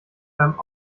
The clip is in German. beim